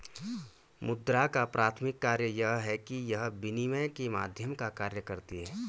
मुद्रा का प्राथमिक कार्य यह है कि यह विनिमय के माध्यम का कार्य करती है